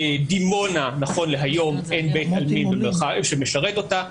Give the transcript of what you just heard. דימונה - נכון להיום, אין בית עלמין שמשרת אותה.